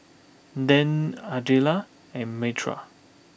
Dan Ardella and Myrta